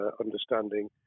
understanding